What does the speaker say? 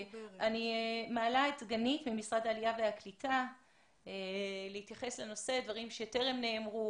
אני מעלה את דגנית ממשרד העלייה והקליטה להתייחס לדברים שטרם נאמרו,